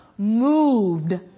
Moved